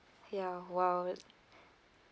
ya !wow!